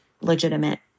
legitimate